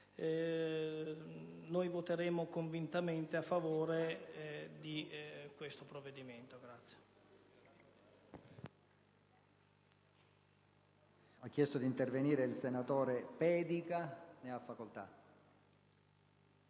che voteremo convintamente a favore di questo provvedimento.